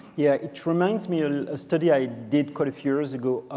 yeah. it reminds me and a study i did quite a few years ago,